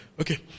Okay